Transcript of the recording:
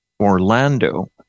Orlando